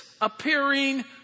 appearing